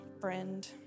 friend